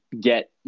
get